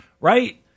right